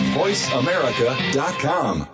voiceamerica.com